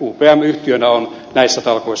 upm yhtiönä näissä talkoissa ollut mukana